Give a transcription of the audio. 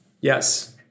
Yes